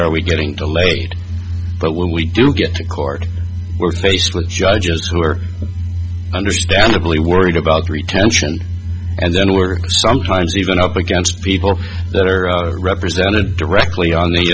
are we getting to late but when we do get to court we're faced with judges who are understandably worried about retention and then we or sometimes even up against people that are represented directly on the